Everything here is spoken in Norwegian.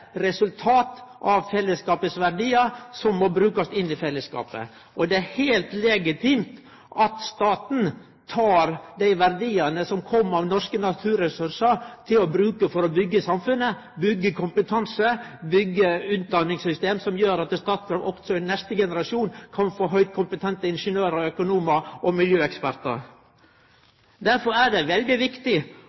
er heilt legitimt at staten tek dei verdiane som kjem av norske naturressursar, og bruker dei til å byggje samfunnet, byggje kompetanse, byggje utdanningssystem som gjer at Statkraft også i neste generasjon kan få høgt kompetente ingeniørar, økonomar og miljøekspertar. Difor er det veldig viktig